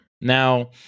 now